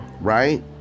right